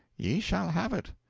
ye shall have it.